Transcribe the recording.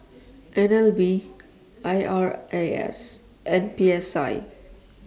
N L B I R A S and P S I